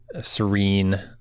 serene